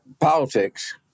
politics